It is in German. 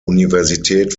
universität